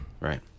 Right